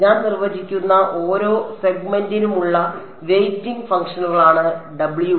ഞാൻ നിർവചിക്കുന്ന ഓരോ സെഗ്മെന്റിനുമുള്ള വെയ്റ്റിംഗ് ഫംഗ്ഷനുകളാണ് ws